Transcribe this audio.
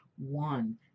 one